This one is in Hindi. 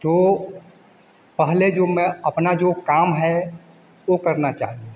तो पहले जो मैं अपना जो काम है वो करना चाहिए